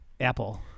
Apple